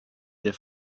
der